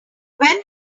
when